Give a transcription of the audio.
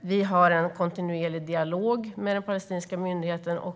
Vi för en kontinuerlig dialog med den palestinska myndigheten.